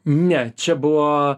ne čia buvo